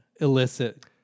illicit